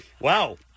Wow